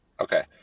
Okay